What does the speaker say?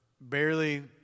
barely